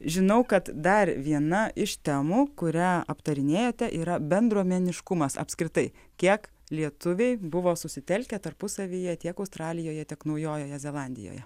žinau kad dar viena iš temų kurią aptarinėjote yra bendruomeniškumas apskritai kiek lietuviai buvo susitelkę tarpusavyje tiek australijoje tiek naujojoje zelandijoje